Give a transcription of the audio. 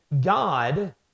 God